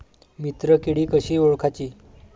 मित्र किडी कशी ओळखाची?